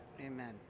Amen